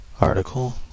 article